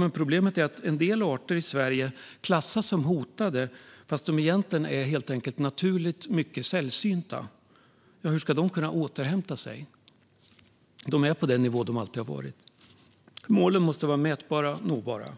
Men problemet är att en del arter i Sverige klassas som hotade fast de egentligen är helt enkelt naturligt mycket sällsynta. Hur ska de kunna återhämta sig? De är på den nivå de alltid har varit. Målen måste vara mätbara och nåbara.